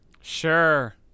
Sure